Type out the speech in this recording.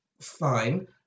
fine